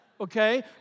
okay